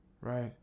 Right